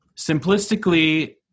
Simplistically